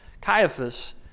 Caiaphas